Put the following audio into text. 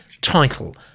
title